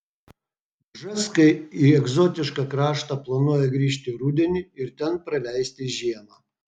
bžeskai į egzotišką kraštą planuoja grįžti rudenį ir ten praleisti žiemą